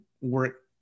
work